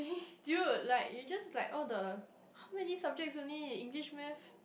dude like you just like all the how many subjects only English math